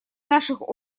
наших